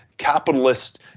capitalist